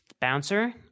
bouncer